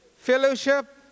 Fellowship